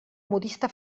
modista